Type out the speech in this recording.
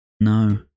No